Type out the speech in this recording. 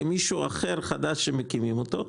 למישהו אחר חדש שמקימים אותו,